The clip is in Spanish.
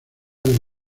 del